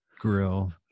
Grill